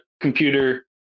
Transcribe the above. computer